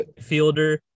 fielder